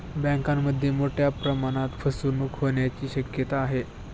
बँकांमध्ये मोठ्या प्रमाणात फसवणूक होण्याची शक्यता आहे